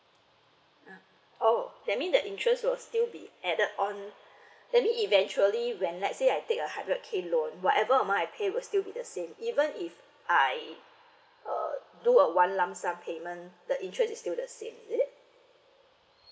oh that mean the interest will still be added on that mean eventually when let's say I take a hundred k loan whatever amount I pay will still be the same even if I uh do a one lump sum payment the interest is still the same is it